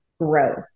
growth